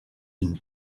une